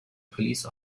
police